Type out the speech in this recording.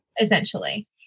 essentially